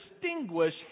distinguish